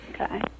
Okay